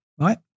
right